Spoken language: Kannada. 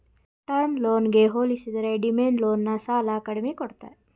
ಟರ್ಮ್ ಲೋನ್ಗೆ ಹೋಲಿಸಿದರೆ ಡಿಮ್ಯಾಂಡ್ ಲೋನ್ ನ ಸಾಲ ಕಡಿಮೆ ಕೊಡ್ತಾರೆ